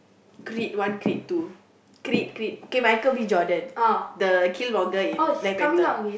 Creed one Creed two Creed Creed okay Michael-B-Jordan the Killmonger in Black Panther